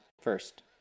first